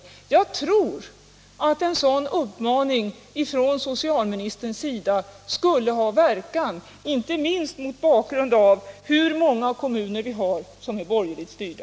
Jag tror att en sådan uppmaning från socialministern skulle ha verkan, inte minst mot bakgrund av att många kommuner är borgerligt styrda.